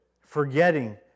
forgetting